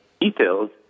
details